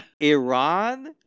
Iran